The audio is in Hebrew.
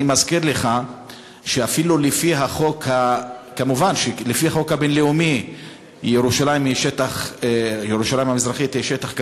אני מזכיר לך שכמובן לפי החוק הבין-לאומי ירושלים המזרחית היא שטח כבוש,